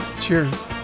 Cheers